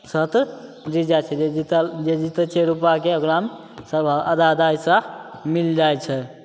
शर्त जीति जाइ छिए जे जितल जे जितै छै रुपाके ओकरामे सभ आधा आधा हिस्सा मिलि जाइ छै